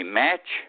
match